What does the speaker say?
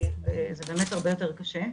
זה באמת הרבה יותר קשה,